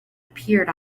appeared